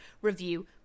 review